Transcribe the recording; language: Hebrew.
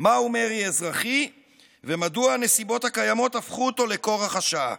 מהו מרי אזרחי ומדוע הנסיבות הקיימות הפכו אותו לכורח השעה.